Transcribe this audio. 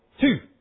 Two